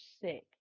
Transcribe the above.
sick